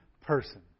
person